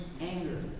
anger